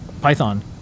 python